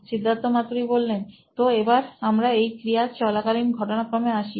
সিদ্ধার্থ মাতু রি সি ই ও নোইন ইলেক্ট্রনিক্স তো এবার আমরা এই ক্রিয়ার চলাকালীন ঘটনাক্রমে আসি